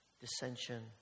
dissension